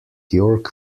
york